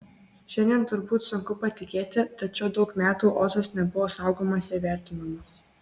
šiandien turbūt sunku patikėti tačiau daug metų ozas nebuvo saugomas ir vertinamas